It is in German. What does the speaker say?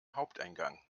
haupteingang